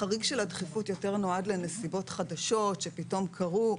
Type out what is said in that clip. החריג של הדחיפות יותר נועד לנסיבות חדשות שפתאום קרו.